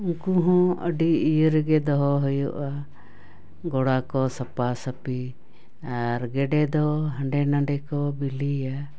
ᱩᱱᱠᱩ ᱦᱚᱸ ᱟᱹᱰᱤ ᱤᱭᱟᱹ ᱨᱮᱜᱮ ᱫᱚᱦᱚ ᱦᱩᱭᱩᱜᱼᱟ ᱜᱚᱲᱟ ᱠᱚ ᱥᱟᱯᱷᱟ ᱥᱟᱹᱯᱷᱤ ᱟᱨ ᱜᱮᱰᱮ ᱫᱚ ᱦᱟᱰᱮ ᱱᱟᱰᱮ ᱠᱚ ᱵᱤᱞᱤᱭᱟ